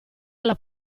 alla